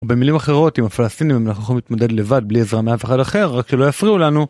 במילים אחרות, עם הפלסטינים אנחנו יכולים להתמודד לבד בלי עזרה מאף אחד אחר, רק שלא יפריעו לנו.